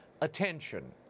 attention